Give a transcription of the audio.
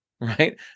right